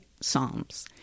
psalms